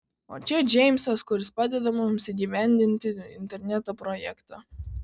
o čia džeimsas kuris padeda mums įgyvendinti interneto projektą